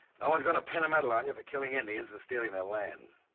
no one's gonna pin a medal on you for killing indians. and stealing their land.